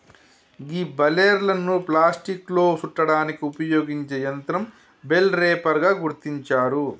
గీ బలేర్లను ప్లాస్టిక్లో సుట్టడానికి ఉపయోగించే యంత్రం బెల్ రేపర్ గా గుర్తించారు